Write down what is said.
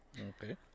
Okay